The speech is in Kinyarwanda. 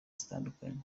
zitandukanye